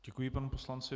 Děkuji panu poslanci.